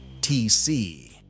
TC